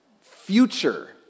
future